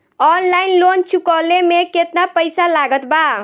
Online loan चुकवले मे केतना पईसा लागत बा?